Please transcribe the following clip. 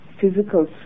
physical